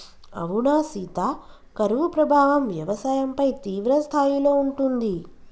అవునా సీత కరువు ప్రభావం వ్యవసాయంపై తీవ్రస్థాయిలో ఉంటుంది